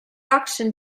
auction